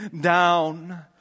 down